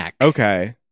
Okay